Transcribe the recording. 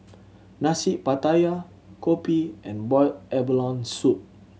Nasi Pattaya kopi and boiled abalone soup